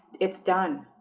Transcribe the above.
it's done.